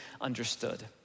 understood